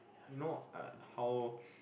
you know uh how